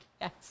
yes